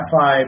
five